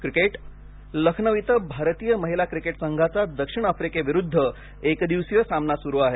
cricket Lucknow इथं भारतीय महिला क्रिकेट संघाचा दक्षिण आफ्रिकेविरुद्ध एकदिवसीय सामना सुरु आहे